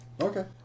Okay